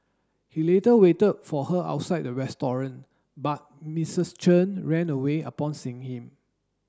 he later waited for her outside the restaurant but Mrs Chen ran away upon seeing him